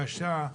קשה,